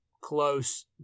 close